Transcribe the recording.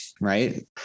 right